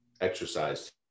exercise